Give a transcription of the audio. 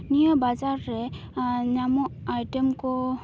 ᱱᱤᱭᱟᱹ ᱵᱟᱡᱟᱨ ᱨᱮ ᱧᱟᱢᱚᱜ ᱟᱭᱴᱮᱢ ᱠᱚ